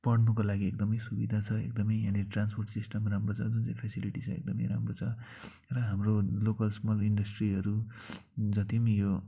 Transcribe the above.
पढ्नुको लागि एकदमै सुविधा छ एकदमै यहाँनिर ट्रान्सपोर्ट सिस्टम राम्रो छ जुन चाहिँ फेसिलिटी छ एकदमै राम्रो छ र हाम्रो लोकल स्मल इन्डस्ट्रीहरू जति पनि यो